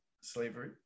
slavery